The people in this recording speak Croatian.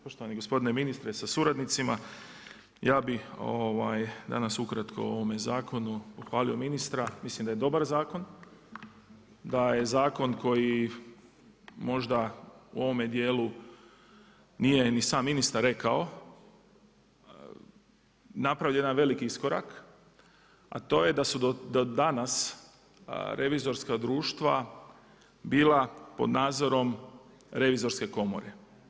Poštovani gospodine ministre sa suradnicima, ja bih danas ukratko o ovome zakonu pohvalio ministra, mislim da je dobar zakon, da je zakon koji možda u ovome dijelu nije ni sam ministar rekao napravljen je jedan veliki iskorak, a to je da su do danas revizorska društva bila pod nadzorom Revizorske komore.